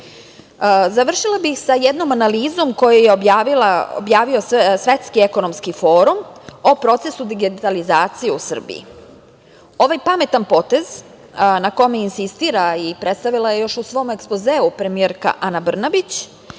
građani. Završila bih sa jednom analizom koju je objavio Svetski ekonomski formu o procesu digitalizacije u Srbiji. Ovaj pametan potez, na kome insistira i predstavila je još u svom ekspozeu, premijerka Ana Brnabić,